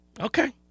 okay